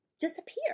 disappear